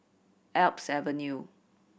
Alps Avenue